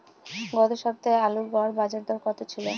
গত সপ্তাহে আলুর গড় বাজারদর কত ছিল?